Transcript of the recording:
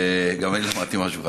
גם אני למדתי משהו חדש.